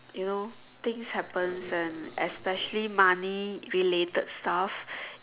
you know things happen then especially money related staff